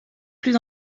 plus